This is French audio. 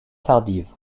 tardives